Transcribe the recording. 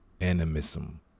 Animism